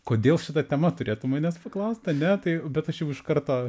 kodėl šita tema turėtum manęs paklaust ane tai bet aš jau iš karto